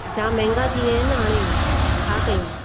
जाम महंगा थी विया आहिनि न हाणे छा करियूं